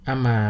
Ama